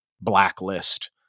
blacklist